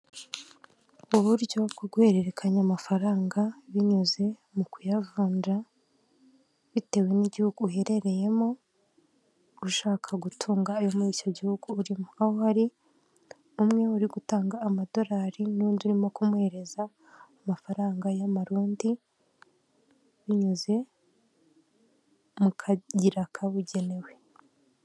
Uburyo bwo guhererekanya amafaranga binyuze mu kuyavunja bitewe n'Igihugu uherereyemo, ushaka gutunga ayo muri icyo Gihugu urimo. Aho hari umwe urigutanga amadorari n'undi urimo kumuhereza amafaranga y'amarundi binyuze mu mukayira kabugenewe.